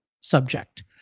subject